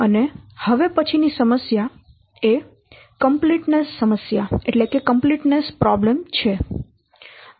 અને હવે પછીની સમસ્યા એ કમ્પ્લીટનેસ સમસ્યા છે